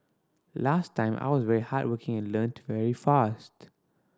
last time I was very hardworking and learnt very fast